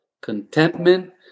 contentment